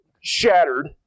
shattered